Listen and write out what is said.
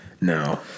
No